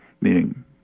meaning